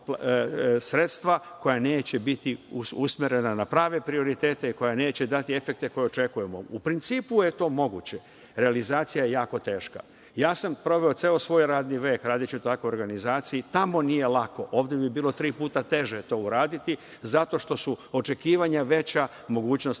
sredstva koja neće biti usmerena na prave prioritete, koja neće dati efekte koje očekujemo. U principu je to moguće, realizacija je jako teška. Proveo sam ceo svoj radni vek radeći u takvoj organizaciji, tamo nije lako, ovde bi bilo tri puta teže to uraditi zato što su očekivanja veća, mogućnosti